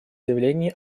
заявление